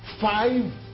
five